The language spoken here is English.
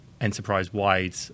enterprise-wide